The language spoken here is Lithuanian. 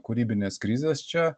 kūrybinės krizės čia